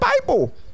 Bible